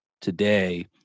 today